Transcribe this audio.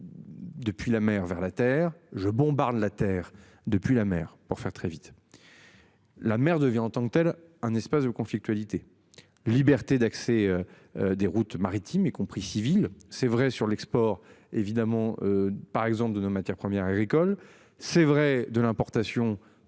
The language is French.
Depuis la mer vers la terre je bombarde la Terre depuis la mer pour faire très vite. La mer devient en tant que telle, un espace de conflictualité liberté d'accès. Des routes maritimes et compris civiles c'est vrai sur l'export évidemment par exemple de nos matières premières agricoles. C'est vrai de l'importation